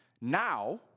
Now